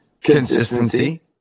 consistency